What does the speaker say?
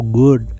good